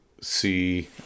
see